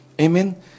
amen